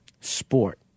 Sport